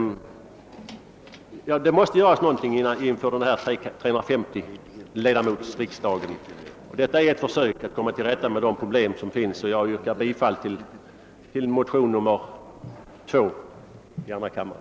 Det måste göras någonting inför 350 ledamotsriksdagen, och det som här föreslås är ett försök att komma till rätta med de problem som finns. Jag yrkar därför bifall till motion nr 2 i andra kammaren,